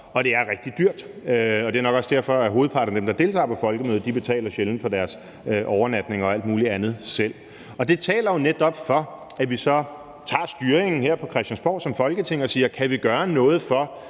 og det er rigtig dyrt. Det er nok også derfor, at hovedparten af dem, der deltager på Folkemødet, sjældent betaler for deres overnatning og alt muligt andet selv. Og det taler jo netop for, at vi så tager styringen her på Christiansborg som Folketing og siger: Kan vi gøre noget for,